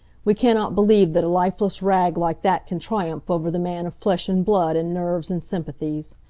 we cannot believe that a lifeless rag like that can triumph over the man of flesh and blood and nerves and sympathies.